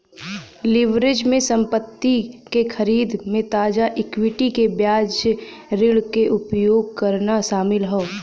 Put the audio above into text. leverage में संपत्ति क खरीद में ताजा इक्विटी के बजाय ऋण क उपयोग करना शामिल हौ